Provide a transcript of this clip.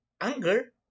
anger